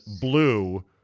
blue